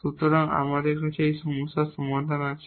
সুতরাং আমাদের এই সমস্যার সমাধান আছে